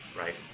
Right